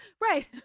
Right